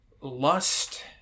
lust